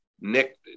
Nick